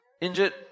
injured